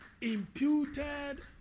imputed